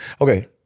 Okay